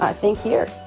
ah think here,